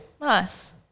nice